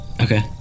Okay